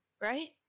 right